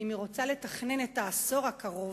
אם היא רוצה לתכנן לעשור הקרוב,